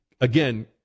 Again